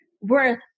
worth